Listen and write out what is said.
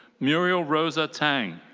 muriel rosa tang.